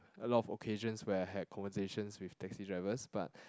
a lot of occasions where I had conversations with taxi drivers but